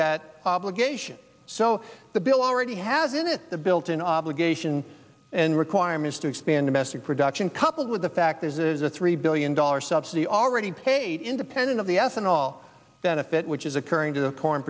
that obligation so the bill already has in it the built in obligations and requirements to expand domestic production coupled with the fact there's a three billion dollars subsidy already paid independent of the ethanol benefit which is occurring to the corn